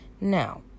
Now